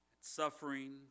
suffering